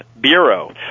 Bureau